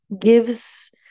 gives